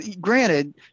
granted